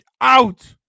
out